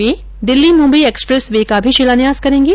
वे Delhi Mumbai expressway का भी शिलान्यास करेंगे